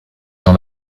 dans